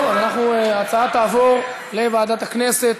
טוב, אז ההצעה תעבור לוועדת הכנסת.